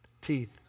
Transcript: teeth